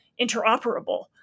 interoperable